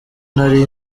nari